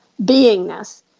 beingness